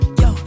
yo